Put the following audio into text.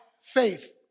faith